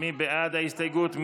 מי בעד ההסתייגות?